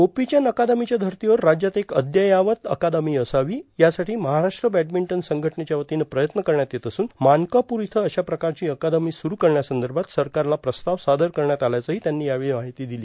गोपीचंद अकादमीच्या धर्तीवर राज्यात एक अद्ययावत अकादमी असावी यासाठी महाराष्ट्र बॅडमिंटन संघटनेच्या वतीनं प्रयत्न करण्यात येत असून मानकापूर इथं अशा प्रकारची अकादमी सुरू करण्यासंदर्भात सरकारला प्रस्ताव सादर करण्यात आल्याचंही त्यांनी यावेळी माहिती दिली